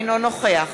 אינו נוכח